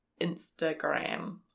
Instagram